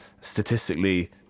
statistically